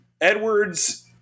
Edwards